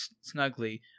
snugly